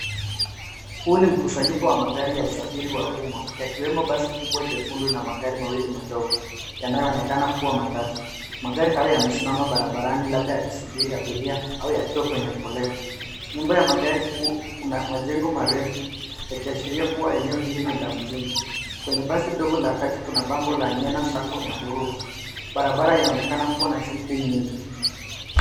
Huu ni mkusanyiko wa magari ya usafiri wa umma, yakiwemo basi kubwa jekundu na magari mawili madogo yanayoonekana kuwa matatu. Magari hayo yamesimama barabarani labda yakisubiri abiria au yakiwa kwenye foleni. Nyuma ya magari kuna majengo marefu yakiashiria kuwa eneo hili nila mjini. Kwenye basi dogo la kati kuna bango la (cs) nyena sacco (cs) nyahururu. Barabara inaonekana kuwa na shughuli nyingi.